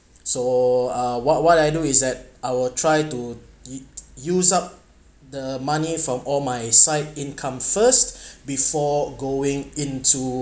so uh what what I know is that I will try to u~ use up the money from all my side income first before going into